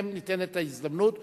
לשניכם ניתנת ההזדמנות,